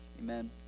Amen